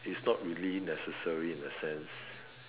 is not really necessary in a sense